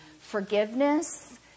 forgiveness